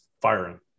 firing